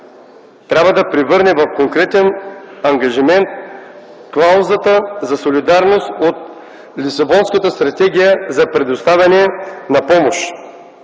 трябва да превърне в конкретен ангажимент клаузата за солидарност от Лисабонската стратегия за предоставяне на помощ.